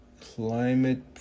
Climate